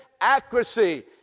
accuracy